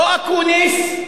לא אקוניס.